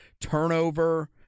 turnover